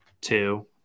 two